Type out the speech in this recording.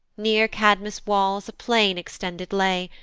near cadmus' walls a plain extended lay,